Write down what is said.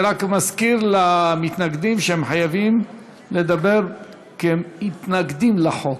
אני רק מזכיר למתנגדים שהם חייבים לדבר כמתנגדים לחוק,